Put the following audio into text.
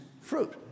fruit